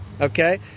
Okay